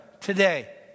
today